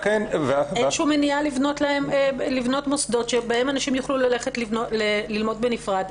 אין שום מניעה לבנות מוסדות שבהם אנשים יוכלו ללכת ללמוד בנפרד.